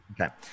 Okay